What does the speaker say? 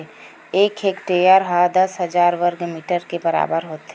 एक हेक्टेअर हा दस हजार वर्ग मीटर के बराबर होथे